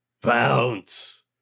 Bounce